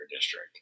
district